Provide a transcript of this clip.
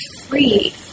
free